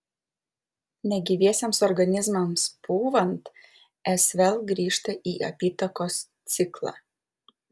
negyviesiems organizmams pūvant s vėl grįžta į apytakos ciklą